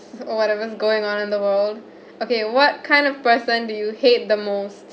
or whatever's going on in the world okay what kind of person do you hate the most